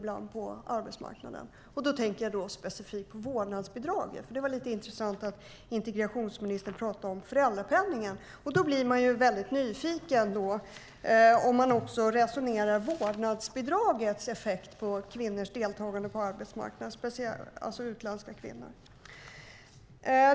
Jag tänker då specifikt på vårdnadsbidraget. Det var lite intressant att integrationsministern pratade om föräldrapenningen. Då blir man väldigt nyfiken. Hur resonerar man då om vårdnadsbidragets effekt för utländska kvinnors deltagande på arbetsmarknaden?